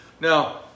Now